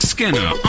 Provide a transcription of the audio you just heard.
Skinner